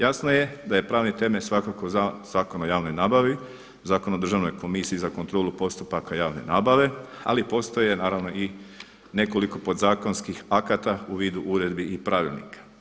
Jasno je da je pravni temelj svakako Zakon o javnoj nabavi, Zakon o državnoj komisiji za kontrolu postupaka javne nabave ali i postoje naravno i nekoliko podzakonskih akata u vidu uredbi i pravilnika.